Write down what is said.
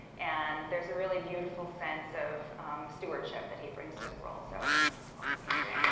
and there's a really beautiful sense of stewardship that he brings to the world. so welcome, adrian.